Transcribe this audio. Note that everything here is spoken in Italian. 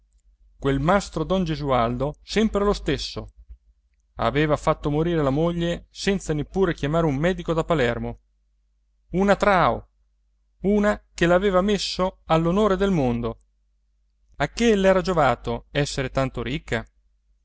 labbra quel mastrodon gesualdo sempre lo stesso aveva fatto morire la moglie senza neppure chiamare un medico da palermo una trao una che l'aveva messo all'onore del mondo a che l'era giovato essere tanto ricca